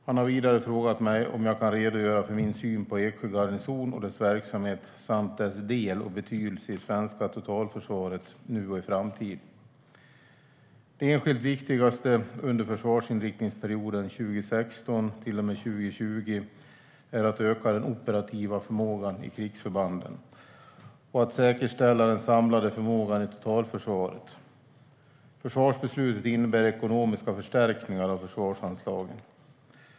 Han har vidare frågat mig om jag kan redogöra för min syn på Eksjö garnison och dess verksamhet samt dess del och betydelse i det svenska totalförsvaret nu och i framtiden. Det enskilt viktigaste under försvarsinriktningsperioden 2016 till och med 2020 är att öka den operativa förmågan i krigsförbanden och att säkerställa den samlade förmågan i totalförsvaret. Försvarsbeslutet innebär ekonomiska förstärkningar av försvarsanslagen.